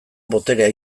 boterea